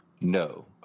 No